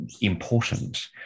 important